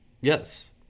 Yes